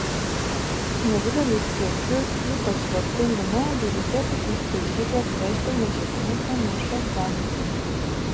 nedidelius kiekius ypač vertingų medžių reikėtų į aižyklas vežti medžiaginiuose maišuose